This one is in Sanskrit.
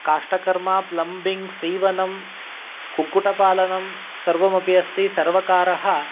काष्टकर्म प्लम्बिङ्ग् सीवनं कुक्कुटपालनं सर्वमपि अस्ति सर्वकारः